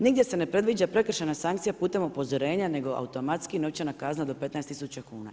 Nigdje se ne predviđa prekršajna sankcija putem upozorenja, nego automatski novčana kazna do 15000 kuna.